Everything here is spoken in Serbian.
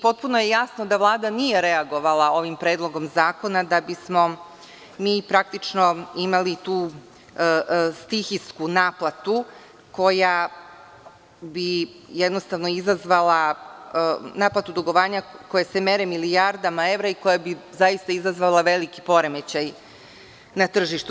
Potpuno je jasno da Vlada nije reagovala ovim predlogom zakona da bismo mi praktično imali tu stihijsku naplatu koja bi jednostavno izazvala naplatu dugovanja koje se mere milijardama evra i koje bi zaista izazvale veliki poremećaj na tržištu.